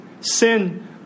Sin